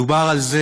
מדובר על זה